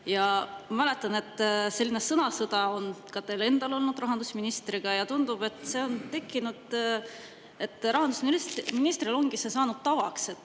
Ma mäletan, et selline sõnasõda on ka teil endal olnud rahandusministriga, ja tundub, et rahandusministril ongi see saanud tavaks,